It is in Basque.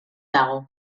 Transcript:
dago